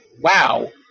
Wow